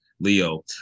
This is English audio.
Leo